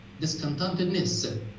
discontentedness